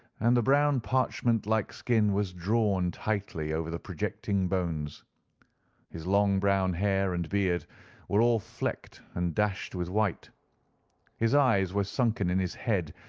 and the brown parchment-like skin was drawn tightly over the projecting bones his long, brown hair and beard were all flecked and dashed with white his eyes were sunken in his head,